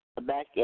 back